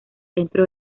centro